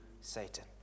Satan